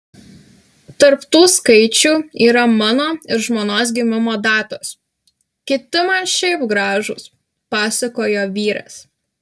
tarp tų skaičių yra mano ir žmonos gimimo datos kiti man šiaip gražūs pasakojo vyras